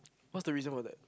what's the reason for that